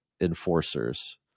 enforcers